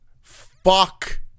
fuck